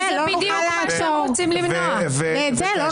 זה בדיוק מה שהם רוצים למנוע,